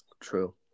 True